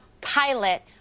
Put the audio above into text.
pilot